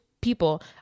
people